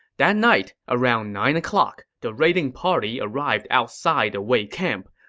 that night, around nine o'clock, the raiding party arrived outside the wei camp.